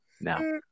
no